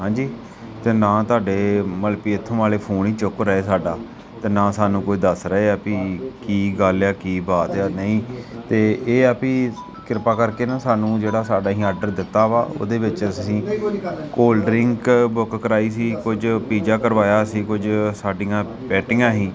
ਹਾਂਜੀ ਅਤੇ ਨਾ ਤੁਹਾਡੇ ਮਲਕਿ ਇੱਥੋਂ ਵਾਲੇ ਫੋਨ ਹੀ ਚੁੱਕ ਰਹੇ ਸਾਡਾ ਅਤੇ ਨਾ ਸਾਨੂੰ ਕੁਝ ਦੱਸ ਰਹੇ ਆ ਵੀ ਕੀ ਗੱਲ ਆ ਕੀ ਬਾਤ ਆ ਨਹੀਂ ਅਤੇ ਇਹ ਆ ਵੀ ਕਿਰਪਾ ਕਰਕੇ ਨਾ ਸਾਨੂੰ ਜਿਹੜਾ ਸਾਡਾ ਅਸੀਂ ਆਡਰ ਦਿੱਤਾ ਵਾ ਉਹਦੇ ਵਿੱਚ ਅਸੀਂ ਕੋਲਡਰਿੰਕ ਬੁੱਕ ਕਰਵਾਈ ਸੀ ਕੁਝ ਪੀਜ਼ਾ ਕਰਵਾਇਆ ਸੀ ਕੁਝ ਸਾਡੀਆਂ ਪੈਟੀਆਂ ਸੀ